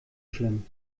schlimm